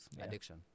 Addiction